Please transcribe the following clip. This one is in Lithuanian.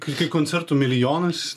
kai kai koncertų milijonas